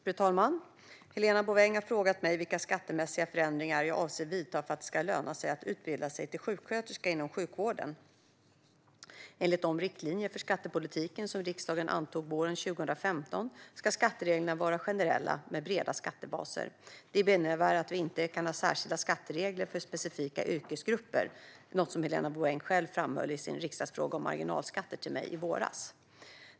Fru talman! Helena Bouveng har frågat mig vilka skattemässiga förändringar jag avser att vidta för att det ska löna sig att utbilda sig till sjuksköterska inom sjukvården. Enligt de riktlinjer för skattepolitiken som riksdagen antog våren 2015 ska skattereglerna vara generella, med breda skattebaser. Det innebär att vi inte kan ha särskilda skatteregler för specifika yrkesgrupper, något som Helena Bouveng själv framhöll i sin riksdagsfråga om marginalskatter till mig i våras.